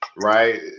right